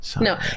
No